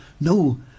No